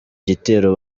gitero